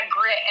grit